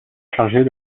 chargés